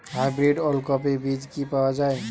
Hybrid ওলকফি বীজ কি পাওয়া য়ায়?